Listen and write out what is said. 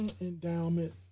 Endowment